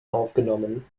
aufgenommen